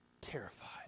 terrified